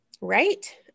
Right